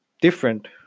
different